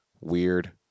Weird